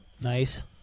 Nice